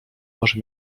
może